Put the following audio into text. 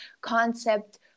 concept